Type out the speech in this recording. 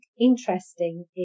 interesting